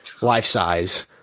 life-size